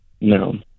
No